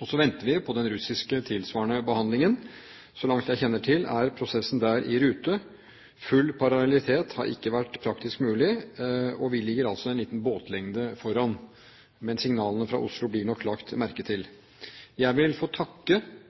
Så venter vi på den russiske tilsvarende behandlingen. Så langt jeg kjenner til, er prosessen der i rute. Full parallellitet har ikke vært praktisk mulig, og vi ligger altså en liten båtlengde foran. Men signalene fra Oslo blir nok lagt merke til. Jeg vil få takke